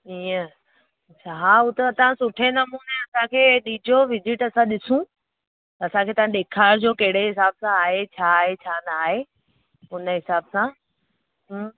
इअं हा हो त तां सुठे नमूने असांखे ॾिजो विजिट असां ॾिसूं असांखे तां ॾेखारजो कैड़े हिसाब सां आहे छा आहे छा नाहे उनए हिसाब सां हूं